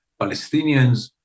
Palestinians